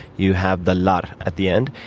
you have the lot at the end.